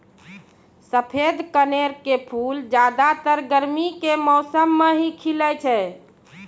सफेद कनेल के फूल ज्यादातर गर्मी के मौसम मॅ ही खिलै छै